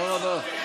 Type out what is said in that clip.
לא נכון.